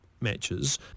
matches